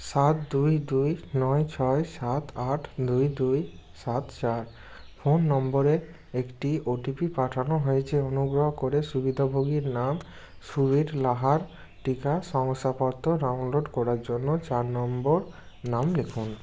সাত দুই দুই নয় ছয় সাত আট দুই দুই সাত চার ফোন নম্বরে একটি ওটিপি পাঠানো হয়েছে অনুগ্রহ করে সুবিধাভোগীর নাম সুবীর লাহার টিকা শংসাপত্র ডাউনলোড করার জন্য চার নম্বর নাম লিখুন